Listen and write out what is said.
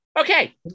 Okay